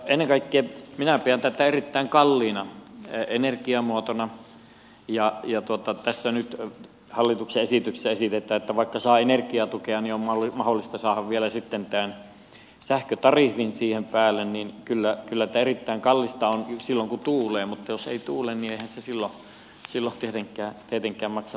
ennen kaikkea minä pidän tätä erittäin kalliina energiamuotona ja tässä nyt hallituksen esityksessä esitetään että vaikka saa energiatukea niin on mahdollista saada vielä sitten tämä sähkötariffi siihen päälle joten kyllä tämä erittäin kallista on silloin kun tuulee mutta jos ei tuule niin eihän se silloin tietenkään maksa mitään